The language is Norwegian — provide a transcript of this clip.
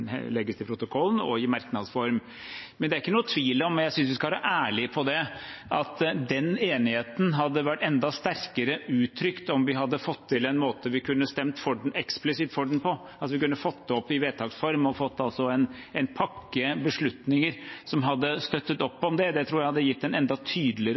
legges ved protokollen, og i merknads form. Men det er ikke noen tvil om – og jeg synes vi skal være ærlige på det – at den enigheten hadde vært enda sterkere uttrykt om vi hadde fått til en måte vi kunne stemt eksplisitt for den på, at vi kunne fått det opp i vedtaks form, og altså fått en pakke beslutninger som hadde støttet opp om det. Det tror jeg hadde gitt et enda tydeligere